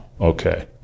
okay